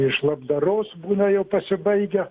iš labdaros būna jau pasibaigę